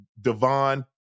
Devon